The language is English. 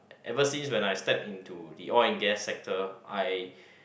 ever since when I step into the oil and gas sector I